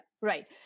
right